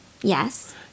Yes